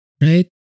right